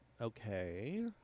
Okay